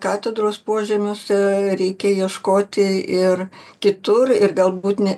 katedros požemiuose reikia ieškoti ir kitur ir galbūt ne